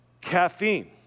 caffeine